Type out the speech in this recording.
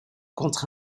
contre